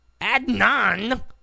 Adnan